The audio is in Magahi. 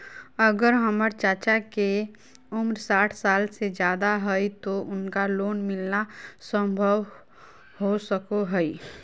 अगर हमर चाचा के उम्र साठ साल से जादे हइ तो उनका लोन मिलना संभव हो सको हइ?